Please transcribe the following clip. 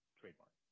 trademark